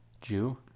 Jew